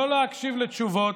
לא להקשיב לתשובות.